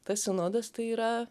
tas sinodas tai yra